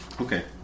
Okay